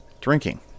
drinking